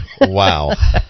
Wow